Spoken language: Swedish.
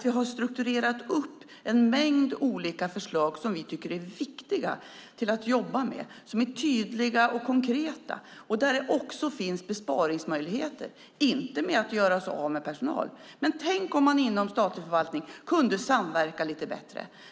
Vi har strukturerat upp en mängd olika förslag som vi tycker är viktiga att jobba med, som är tydliga och konkreta och där det också finns besparingsmöjligheter. Det handlar inte om att göra sig av med personal, men tänk om man inom statlig förvaltning kunde samverka lite bättre!